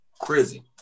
crazy